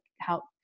help